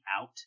out